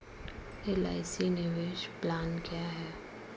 LIC निवेश plan क्या है?